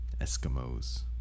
Eskimos